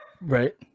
Right